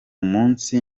munsi